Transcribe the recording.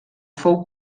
fou